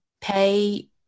pay